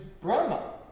Brahma